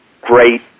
great